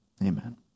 Amen